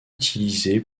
utilisé